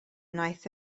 wnaeth